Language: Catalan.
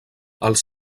els